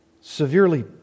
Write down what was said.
severely